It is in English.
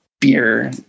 beer